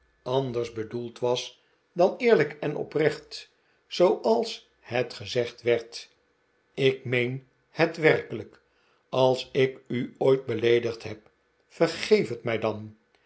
anders bedoeld was dan eerlijk en oprecht zooals het gezegd werd ik meen het werkelijk als ik u ooit beleedigd heb vergeef het mij dan